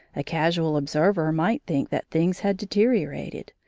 a casual observer might think that things had deteriorated,